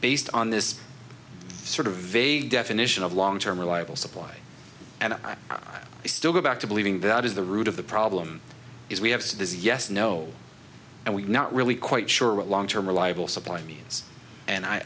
based on this sort of a definition of long term reliable supply and still go back to believing that is the root of the problem is we have to does yes no and we're not really quite sure what long term reliable supply means and i